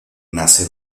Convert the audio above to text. nace